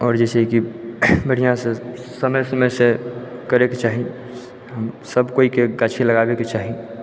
आओर जे छै कि बढ़िआँसँ समय समयसँ करैक चाही सबकोइके गाछी लगाबैके चाही